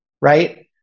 right